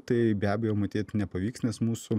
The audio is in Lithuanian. tai be abejo matyt nepavyks nes mūsų